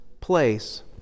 place